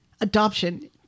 Adoption